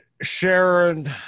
Sharon